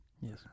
Yes